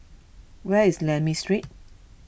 where is Lakme Street